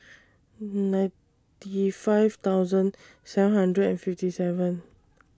ninety five thousand seven hundred and fifty seven